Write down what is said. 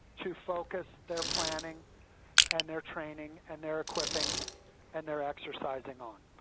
to focus their planning and their training and their equipping and their exercising on.